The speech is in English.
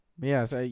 Yes